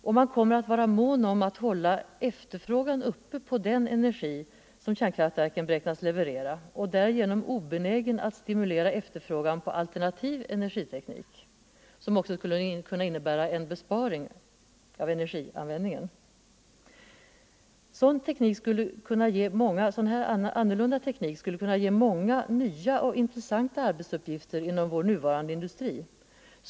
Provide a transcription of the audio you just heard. Och man kommer att vara mån om att hålla efterfrågan uppe när det gäller den energi som kärnkraftverken beräknas leverera och på grund härav obenägen att stimulera efterfrågan på alternativ energiteknik, vilken också skulle innebära en besparing av energi. En annorlunda teknik skulle ge många nya och intressanta arbetsuppgifter inom vår nuvarande industri.